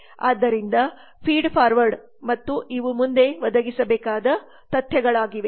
ಆದ್ದರಿಂದ feed forward feed forward ಮತ್ತು ಇವು ಮುಂದೆ ಒದಗಿಸಬೇಕಾದ ತಥ್ಯಗಳಾಗಿವೆ